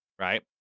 Right